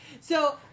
So-